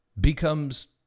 becomes